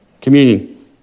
Communion